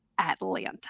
Atlanta